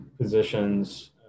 positions